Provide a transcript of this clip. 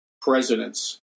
presidents